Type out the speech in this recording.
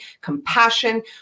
compassion